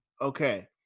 Okay